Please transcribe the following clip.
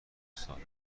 ساده